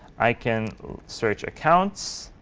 i can search accounts,